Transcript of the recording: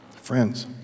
Friends